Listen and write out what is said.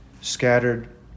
scattered